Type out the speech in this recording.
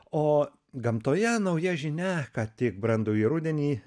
o gamtoje nauja žinia kad tik brandųjį rudenį